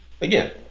again